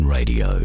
Radio